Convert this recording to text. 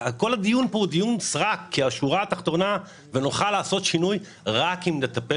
כל הדיון פה הוא דיון סרק כי נוכל לעשות שינוי רק אם נטפל